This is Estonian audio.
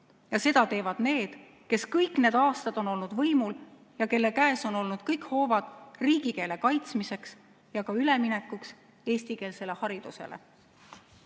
Ja seda teevad need, kes kõik need aastad on olnud võimul ja kelle käes on olnud kõik hoovad riigikeele kaitsmiseks ja ka üleminekuks eestikeelsele haridusele. Kuna